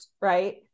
right